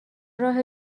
راه